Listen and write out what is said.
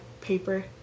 paper